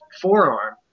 forearm